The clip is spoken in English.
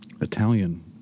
Italian